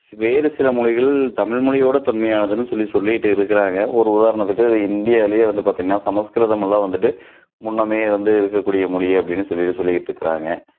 C வேறு சில மொழிகள் தமிழ் மொழியோட தொன்மையானதுன்னு சொல்லி சொல்லிட்டு இருக்கிறாங்க ஒரு உதாரணத்துக்கு இந்தியாவிலியே வந்து பார்த்தீங்கன்னா சமஸ்கிரதம்லாம் வந்துவிட்டு முன்னடியே வந்து இருக்கக்கூடிய மொழி அப்படின்னு சொல்லி சொல்லிட்டுருக்கிறாங்க